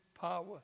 power